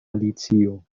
alicio